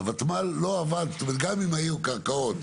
גם אם היו קרקעות